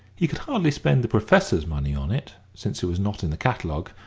he could hardly spend the professor's money on it, since it was not in the catalogue,